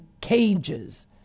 cages